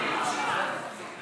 אני אעלה לענות.